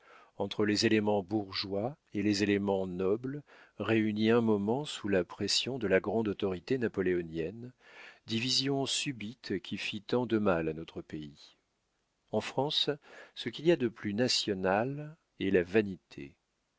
entre les éléments bourgeois et les éléments nobles réunis un moment sous la pression de la grande autorité napoléonienne division subite qui fit tant de mal à notre pays en france ce qu'il y a de plus national est la vanité